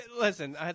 listen